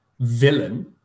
villain